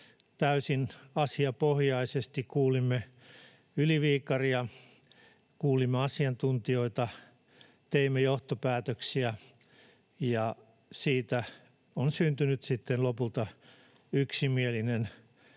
täysin asiapohjaisesti kuulimme Yli-Viikaria, kuulimme asiantuntijoita, teimme johtopäätöksiä, ja siitä on syntynyt sitten lopulta yksimielinen